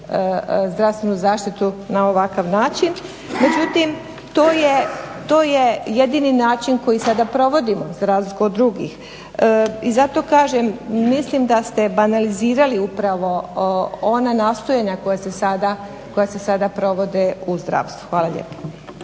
zdravstvenu zaštitu na ovakav način. Međutim, to je jedini način koji sada provodimo za razliku od drugih i zato kažem mislim da ste banalizirali upravo ova nastojanja koja se sada provode u zdravstvu. Hvala lijepo.